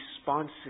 responsive